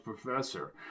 professor